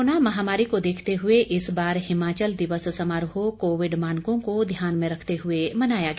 corona महामारी को देखते हुए इस बार हिमाचल दिवस समारोह कोविड मानकों को ध्यान में रखते हुए मनाया गया